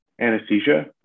anesthesia